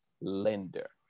lender